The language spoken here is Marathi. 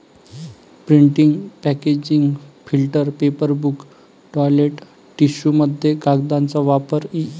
printing packaging filter paper book toilet टिश्यूमध्ये कागदाचा वापर इ